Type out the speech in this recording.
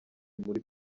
muri